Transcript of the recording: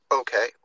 Okay